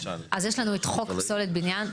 יש לנו את חוק פסולת בניין.